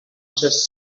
just